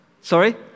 Sorry